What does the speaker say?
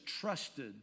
trusted